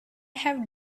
have